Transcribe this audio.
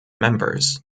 members